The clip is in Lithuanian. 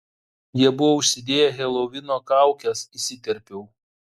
jie buvo užsidėję helovino kaukes įsiterpiau